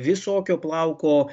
visokio plauko